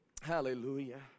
Hallelujah